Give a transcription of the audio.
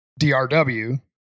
DRW